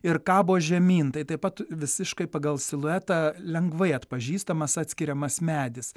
ir kabo žemyn tai taip pat visiškai pagal siluetą lengvai atpažįstamas atskiriamas medis